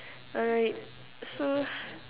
alright so